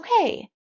okay